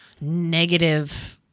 negative